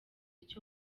icyo